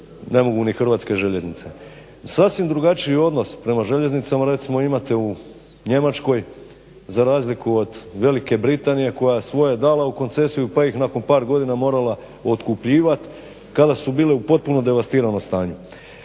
ne mogu ni Hrvatske željeznice. Sasvim drugačiji odnos prema željeznicama recimo imate u Njemačkoj za razliku od Velike Britanije koja je svoje dala u koncesiju pa ih nakon par godina morala otkupljivat kada su bile u potpuno devastiranom stanju.